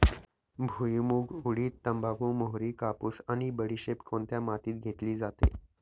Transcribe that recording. भुईमूग, उडीद, तंबाखू, मोहरी, कापूस आणि बडीशेप कोणत्या मातीत घेतली जाते?